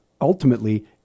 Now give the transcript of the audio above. ultimately